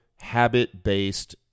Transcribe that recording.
habit-based